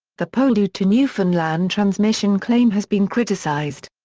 the poldhu to newfoundland transmission claim has been criticized.